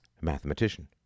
mathematician